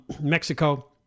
Mexico